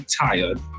tired